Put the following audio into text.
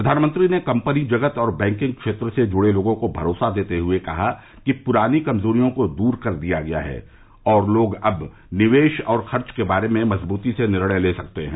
प्रधानमंत्री ने कंपनी जगत और बैंकिंग क्षेत्र से जुड़े लोगों को भरोसा देते हुए कहा कि पुरानी कमजोरियों को दूर कर दिया गया है और लोग अब निवेश और खर्च के बारे में मजबूती से निर्णय ले सकते हैं